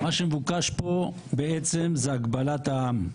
מה שמבוקש פה בעצם זה הגבלת העם.